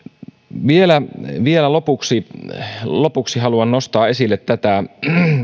vielä vielä lopuksi lopuksi haluan nostaa esille tätä